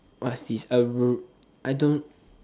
what is this a r~ I don't